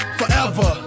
forever